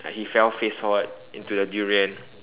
like he fell face forward into the durian